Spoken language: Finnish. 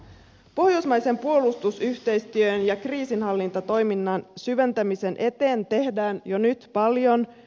pohjoismaisen puolustusyhteistyön ja kriisinhallintatoiminnan syventämisen eteen tehdään jo nyt paljon